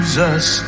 Jesus